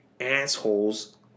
assholes